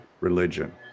religion